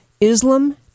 Islam